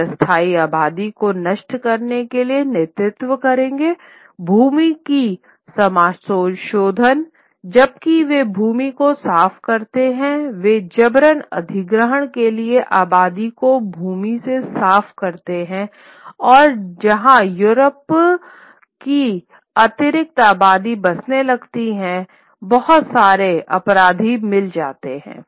यह स्थानीय आबादी को नष्ट करने के लिए नेतृत्व करेगा भूमि की समाशोधन जबकि वे भूमि को साफ करते हैं वे जबरन अधिग्रहण के लिए आबादी को भूमि से साफ करते हैं और जहां यूरोप की अतिरिक्त आबादी बसने लगती है बहुत सारे अपराधी मिल जाते हैं